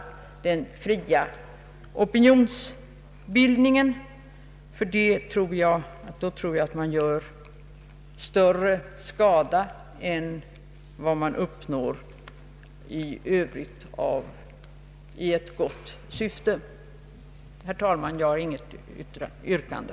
Annars tror jag att man gör större skada än vad man i övrigt uppnår i gott syfte. Herr talman! Jag har inget yrkande.